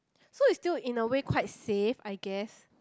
so it's still in a way quite save I guess